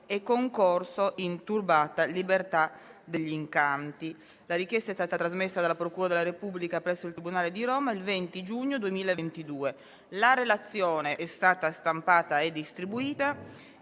del 16 marzo 2006 (reato transnazionale)». La richiesta è stata trasmessa dalla procura della Repubblica presso il tribunale di Roma il 20 giugno 2022. La relazione è stata stampata e distribuita.